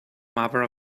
mother